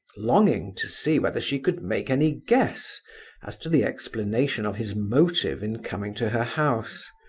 longing to see whether she could make any guess as to the explanation of his motive in coming to her house.